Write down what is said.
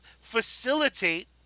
facilitate